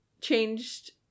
changed